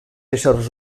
éssers